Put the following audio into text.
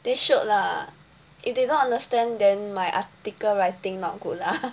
they should lah if they don't understand then my article writing not good lah